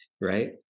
right